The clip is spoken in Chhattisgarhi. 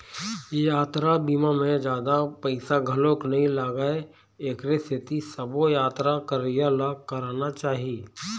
यातरा बीमा म जादा पइसा घलोक नइ लागय एखरे सेती सबो यातरा करइया ल कराना चाही